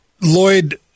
Lloyd